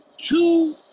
two